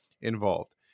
involved